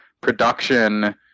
production